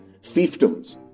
fiefdoms